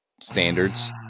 standards